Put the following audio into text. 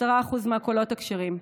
10% מהקולות הכשרים.